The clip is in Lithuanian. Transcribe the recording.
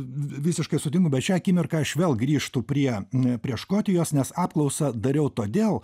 visiškai sutinku bet šią akimirką aš vėl grįžtu prie prie škotijos nes apklausą dariau todėl